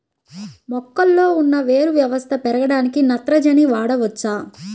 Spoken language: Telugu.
మొక్కలో ఉన్న వేరు వ్యవస్థ పెరగడానికి నత్రజని వాడవచ్చా?